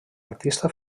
artista